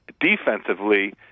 defensively